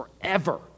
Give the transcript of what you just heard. forever